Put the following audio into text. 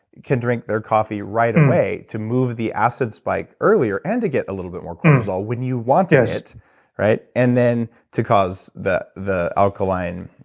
can drink their coffee right away to move the acid spike earlier, and to get a little bit more cortisol when you want to it right? and then to cause the the alkaline,